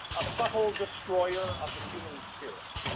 a subtle destroyer of the human spirit.